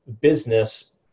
business